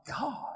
God